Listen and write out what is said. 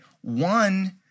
One